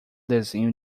desenho